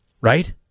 right